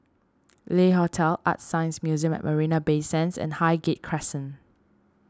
Le Hotel ArtScience Museum at Marina Bay Sands and Highgate Crescent